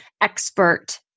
expert